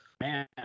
Man